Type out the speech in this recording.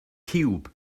ciwb